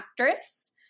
actress